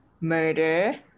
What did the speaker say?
Murder